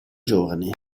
giorni